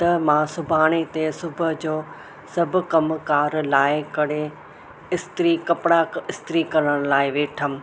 त मां सुभाणे ते सुबुह जो सभु कमकार लाए करे इस्त्री कपिड़ा इस्त्री करण लाइ वेठमि